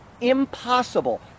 impossible